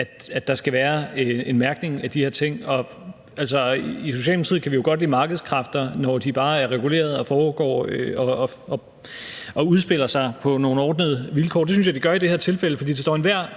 at der skal være en mærkning af de her ting. I Socialdemokratiet kan vi jo godt lide markedskræfter, når de bare er reguleret og foregår og udspiller sig på nogle ordnede vilkår, og det synes jeg at de gør i det her tilfælde. For det står enhver